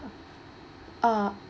uh